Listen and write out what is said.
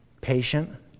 Patient